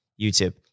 YouTube